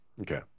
Okay